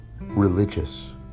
religious